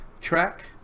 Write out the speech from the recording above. track